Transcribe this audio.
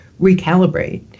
recalibrate